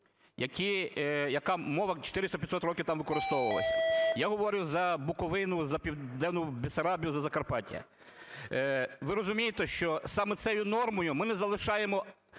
яка мова 400-500 років там використовувалася, я говорю за Буковину, за Південну Бессарабію, за Закарпаття. Ви розумієте, що саме цією нормою ми не залишаємо